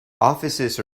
offices